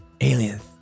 Aliens